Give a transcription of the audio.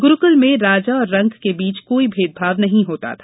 गुरुकुल में राजा और रंक के बीच कोई भेदभाव नहीं होता था